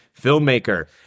filmmaker